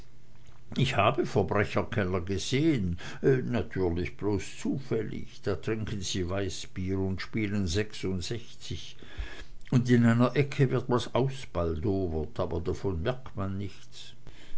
ich habe verbrecherkeller gesehen natürlich bloß zufällig da trinken sie weißbier und spielen sechsundsechzig und in einer ecke wird was ausbaldowert aber davon merkt man nichts